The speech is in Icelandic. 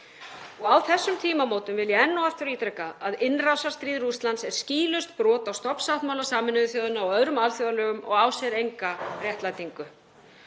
Á þessum tímamótum vil ég enn og aftur ítreka að innrásarstríð Rússlands er skýlaust brot á stofnsáttmála Sameinuðu þjóðanna og öðrum alþjóðalögum og á sér enga réttlætingu.